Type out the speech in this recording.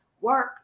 work